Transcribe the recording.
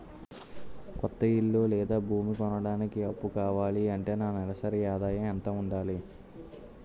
కొత్త ఇల్లు లేదా భూమి కొనడానికి అప్పు కావాలి అంటే నా నెలసరి ఆదాయం ఎంత ఉండాలి?